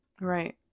Right